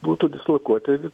būtų dislokuoti